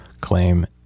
claim